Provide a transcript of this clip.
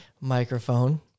microphone